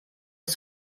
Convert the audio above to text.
des